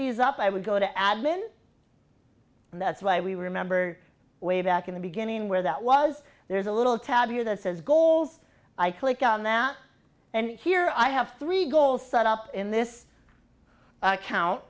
these up i would go to admin and that's why we remember way back in the beginning where that was there's a little tab view that says goals i click on that and here i have three goals set up in this account